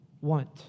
want